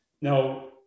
Now